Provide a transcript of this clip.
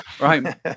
Right